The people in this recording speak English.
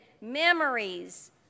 memories